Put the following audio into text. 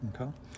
Okay